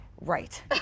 Right